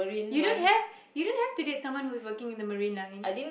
you don't have you don't have to date someone who is working in the marine line